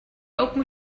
open